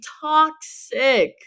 toxic